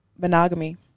monogamy